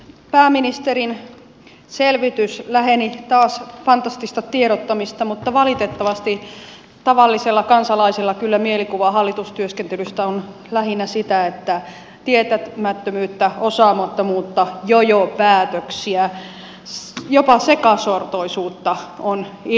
pääministerin selvitys läheni taas fantastista tiedottamista mutta valitettavasti tavallisella kansalaisella kyllä mielikuva hallitustyöskentelystä on lähinnä sitä että tietämättömyyttä osaamattomuutta jojopäätöksiä jopa sekasortoisuutta on ilmassa